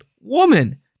woman